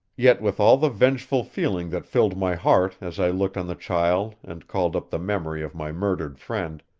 yet with all the vengeful feeling that filled my heart as i looked on the child and called up the memory of my murdered friend,